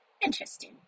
interesting